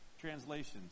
Translations